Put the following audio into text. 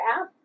app